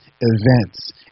events